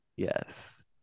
Yes